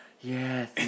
Yes